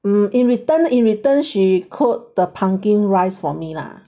um in return in return she cook the pumpkin rice for me lah